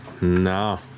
No